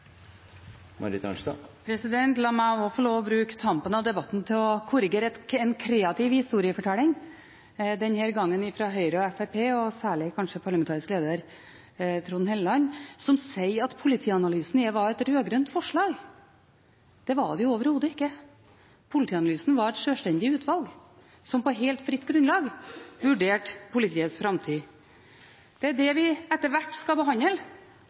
La meg også få lov til å bruke tampen av debatten til å korrigere en kreativ historiefortelling – denne gangen fra Fremskrittspartiet og Høyre, kanskje særlig parlamentarisk leder, Trond Helleland, som sier at Politianalysen var et rød-grønt forslag. Det var det overhodet ikke. Politianalyseutvalget var et sjølstendig utvalg, som på helt fritt grunnlag vurderte politiets framtid. Det er det vi etter hvert skal behandle.